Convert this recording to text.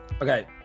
Okay